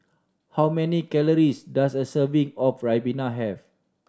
how many calories does a serving of ribena have